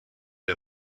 l’a